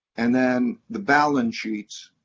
and then the balance sheets